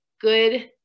good